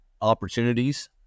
opportunities